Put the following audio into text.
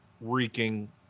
Wreaking